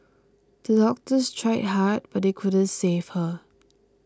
the doctors tried hard but they couldn't save her